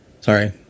Sorry